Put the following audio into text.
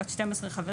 בת 12 חברים,